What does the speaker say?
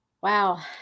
Wow